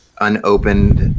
unopened